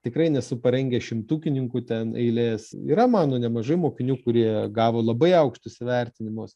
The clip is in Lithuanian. tikrai nesu parengęs šimtukininkų ten eilės yra mano nemažai mokinių kurie gavo labai aukštus įvertinimus